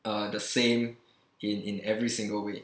uh the same in in every single way